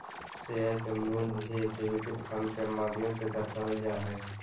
share के मूल्य भी इक्विटी फंड के माध्यम से दर्शावल जा हय